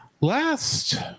Last